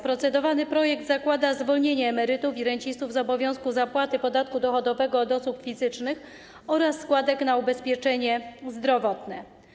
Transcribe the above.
Projekt ustawy, nad którym procedujemy, zakłada zwolnienie emerytów i rencistów z obowiązku zapłaty podatku dochodowego od osób fizycznych oraz składek na ubezpieczenie zdrowotne.